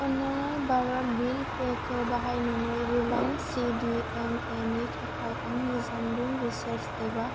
अननानै Bharat bill pay खौ बाहायनानै Reliance C D M A नि थाखाय आंनि जानबुं रिचार्ज एबा